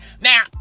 Now